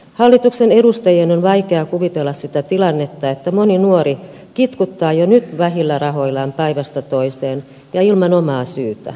hallituksen edustajien on vaikea kuvitella sitä tilannetta että moni nuori kitkuttaa jo nyt vähillä rahoillaan päivästä toiseen ja ilman omaa syytä